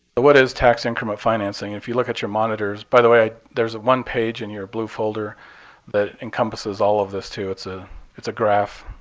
but what is tax increment financing? if you look at your monitors by the way, there's one page in your blue folder that encompasses all of this too. it's ah it's a graph,